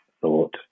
thought